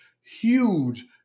huge